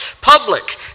Public